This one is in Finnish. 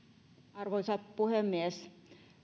arvoisa puhemies